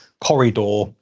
corridor